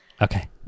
Okay